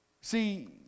See